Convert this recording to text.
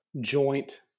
joint